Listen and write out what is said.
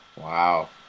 Wow